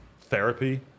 therapy